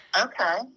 Okay